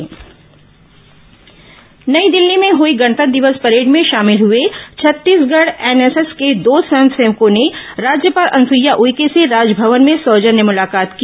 राज्यपाल मुलाकात नई दिल्ली में हुई गणतंत्र दिवस परेड में शामिल हुए छत्तीसगढ़ एनएसएस के दो स्वयंसेवकों ने राज्यपाल अनुसुईया उइके से राजभवन में सौजन्य मुलाकात की